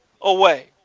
away